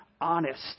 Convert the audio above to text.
honest